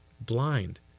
blind